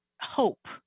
hope